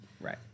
Right